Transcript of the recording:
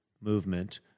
movement